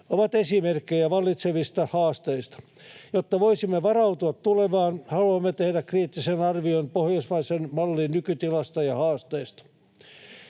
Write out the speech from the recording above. ovat esimerkkejä vallitsevista haasteista. Jotta voisimme varautua tulevaan, haluamme tehdä kriittisen arvion pohjoismaisen mallin nykytilasta ja haasteista.